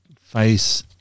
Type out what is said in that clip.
face